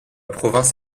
province